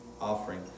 offering